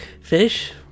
Fish